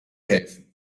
helfen